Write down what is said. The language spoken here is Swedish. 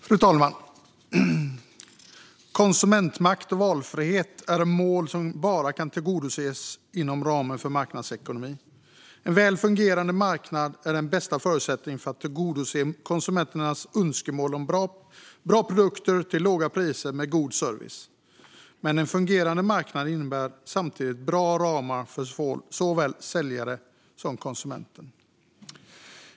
Fru talman! Konsumentmakt och valfrihet är mål som bara kan tillgodoses inom ramen för marknadsekonomi. En väl fungerande marknad är den bästa förutsättningen för att tillgodose konsumenternas önskemål om bra produkter till låga priser med god service. Men en fungerande marknad innebär samtidigt bra ramar för såväl säljaren som konsumenten.